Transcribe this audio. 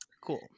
cool